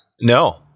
No